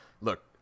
look